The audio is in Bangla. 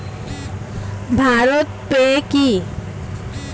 ভারত পে কি?